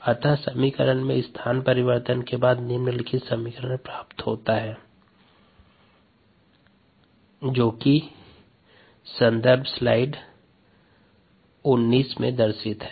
अतः समीकरण में स्थान परिवर्तन के बाद निम्नलिखित समीकरण प्राप्त होता है